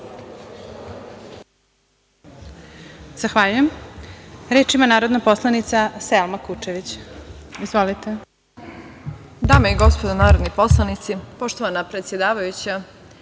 Zahvaljujem. Reč ima narodna poslanica Selma Kučević. Izvolite. **Selma Kučević** Dame i gospodo narodni poslanici, poštovana predsedavajuća,